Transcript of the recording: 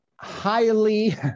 highly